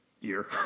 year